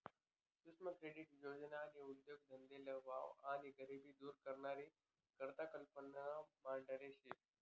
सुक्ष्म क्रेडीट योजननी उद्देगधंदाले वाव आणि गरिबी दूर करानी करता कल्पना मांडेल शे